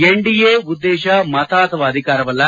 NDA ಉದ್ದೇಶ ಮತ ಅಥವಾ ಅಧಿಕಾರವಲ್ಲ